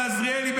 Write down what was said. על עזריאלי,